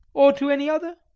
or to any other?